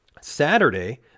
Saturday